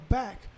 back